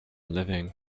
living